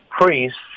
priests